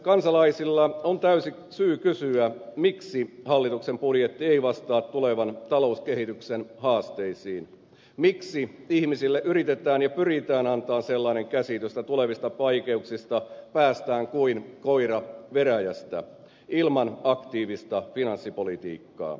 kansalaisilla on täysi syy kysyä miksi hallituksen budjetti ei vastaa tulevan talouskehityksen haasteisiin miksi ihmisille yritetään antaa ja pyritään antamaan sellainen käsitys että tulevista vaikeuksista päästään kuin koira veräjästä ilman aktiivista finanssipolitiikkaa